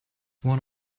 one